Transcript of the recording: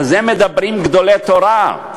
על זה מדברים גדולי תורה,